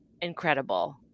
incredible